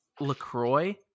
Lacroix